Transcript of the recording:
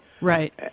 Right